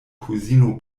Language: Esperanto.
kuzino